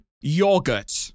Yogurt